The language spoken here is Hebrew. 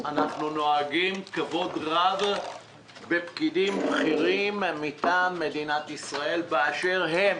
אנחנו נוהגים כבוד רב בפקידים בכירים מטעם מדינת ישראל באשר הם.